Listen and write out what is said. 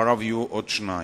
אחריו יהיו עוד שניים.